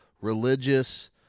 religious